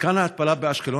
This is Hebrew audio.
מתקן ההתפלה באשקלון,